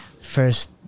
first